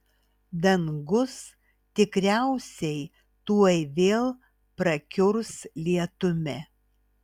dangus tikriausiai tuoj vėl prakiurs lietumi